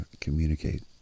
communicate